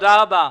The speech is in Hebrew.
תודה רבה.